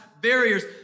barriers